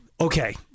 Okay